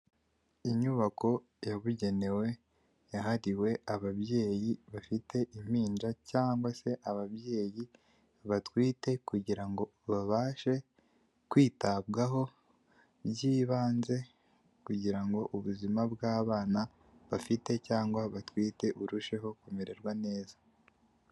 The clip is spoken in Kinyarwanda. Inyubako yabugenewe yahariwe ababyeyi bafite impinja cyangwa se ababyeyi batwite, kugira ngo babashe kwitabwaho by'ibanze, kugira ngo ubuzima bw'abana bafite cyangwa batwite burusheho kumererwa neza.